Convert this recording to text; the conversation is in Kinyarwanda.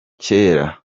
kera